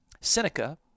Seneca